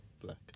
Black